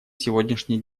сегодняшний